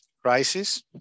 crisis